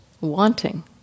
wanting